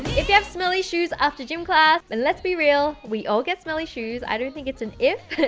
if you have smelly shoes after gym class, and let's be real, we all get smelly shoes, i don't think it's an if,